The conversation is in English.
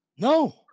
No